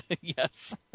Yes